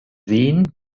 sehen